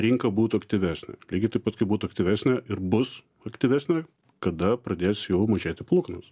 rinka būtų aktyvesnė lygiai taip pat kaip būtų aktyvesnė ir bus aktyvesnė kada pradės jau mažėti palūkanos